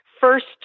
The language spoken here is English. first